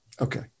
Okay